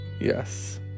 Yes